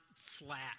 Flat